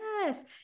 Yes